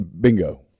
Bingo